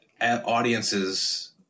audiences